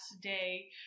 day